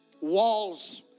walls